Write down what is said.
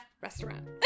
restaurant